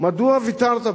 מדוע ויתרת בזה?